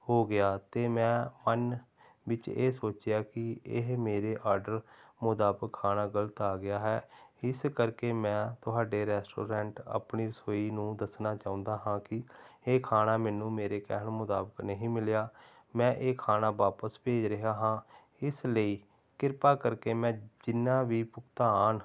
ਹੋ ਗਿਆ ਅਤੇ ਮੈਂ ਮਨ ਵਿੱਚ ਇਹ ਸੋਚਿਆ ਕਿ ਇਹ ਮੇਰੇ ਆਰਡਰ ਮੁਤਾਬਕ ਖਾਣਾ ਗਲਤ ਆ ਗਿਆ ਹੈ ਇਸ ਕਰਕੇ ਮੈਂ ਤੁਹਾਡੇ ਰੈਸਟੋਰੈਂਟ ਆਪਣੀ ਰਸੋਈ ਨੂੰ ਦੱਸਣਾ ਚਾਹੁੰਦਾ ਹਾਂ ਕਿ ਇਹ ਖਾਣਾ ਮੈਨੂੰ ਮੇਰੇ ਕਹਿਣ ਮੁਤਾਬਕ ਨਹੀਂ ਮਿਲਿਆ ਮੈਂ ਇਹ ਖਾਣਾ ਵਾਪਸ ਭੇਜ ਰਿਹਾ ਹਾਂ ਇਸ ਲਈ ਕਿਰਪਾ ਕਰਕੇ ਮੈਂ ਜਿੰਨਾ ਵੀ ਭੁਗਤਾਨ